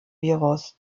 virus